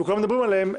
וכולם מדברים עליהם,